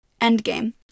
Endgame